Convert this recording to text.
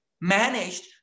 managed